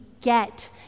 get